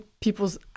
people's